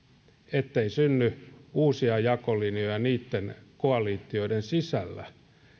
ettei synny uusia jakolinjoja niitten koalitioiden sisällä